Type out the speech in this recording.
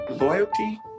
Loyalty